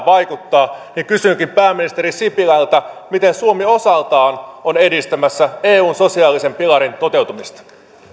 vaikuttaa niin kysynkin pääministeri sipilältä miten suomi osaltaan on edistämässä eun sosiaalisen pilarin toteutumista